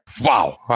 Wow